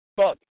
fuck